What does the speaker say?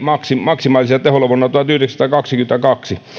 maksimaalisella teholla vuonna tuhatyhdeksänsataakaksikymmentäkaksi